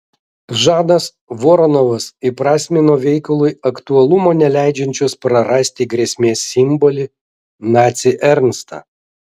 žanas voronovas įprasmino veikalui aktualumo neleidžiančios prarasti grėsmės simbolį nacį ernstą